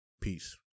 Peace